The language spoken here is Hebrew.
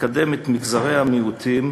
לקדם את מגזרי המיעוטים